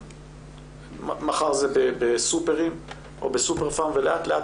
מחר זה בסופרים או בסופרפארם ולאט לאט